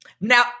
Now